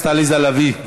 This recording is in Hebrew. יש לך שלוש דקות,